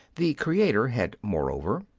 the creator had, moreover,